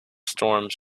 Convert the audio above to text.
storms